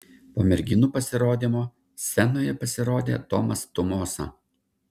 po merginų pasirodymo scenoje pasirodė tomas tumosa